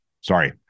sorry